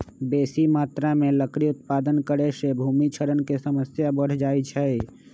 बेशी मत्रा में लकड़ी उत्पादन करे से भूमि क्षरण के समस्या बढ़ जाइ छइ